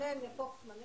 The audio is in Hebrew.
להתייחס.